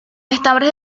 estambres